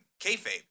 kayfabe